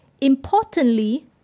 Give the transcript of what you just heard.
Importantly